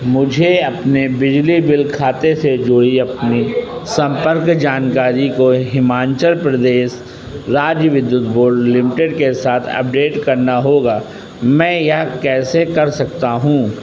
मुझे अपने बिजली बिल खाते से जुड़ी अपनी संपर्क जानकारी को हिमाचल प्रदेश राज्य विद्युत बोर्ड लिमिटेड के साथ अपडेट करना होगा मैं यह कैसे कर सकता हूँ